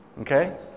Okay